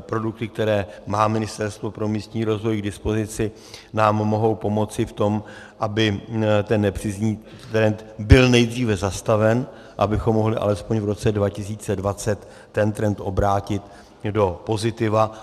produkty, které má Ministerstvo pro místní rozvoj k dispozici, nám mohou pomoci v tom, aby ten nepříznivý trend byl nejdříve zastaven, abychom mohli alespoň v roce 2020 ten trend obrátit do pozitiva.